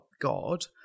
God